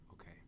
Okay